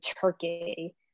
Turkey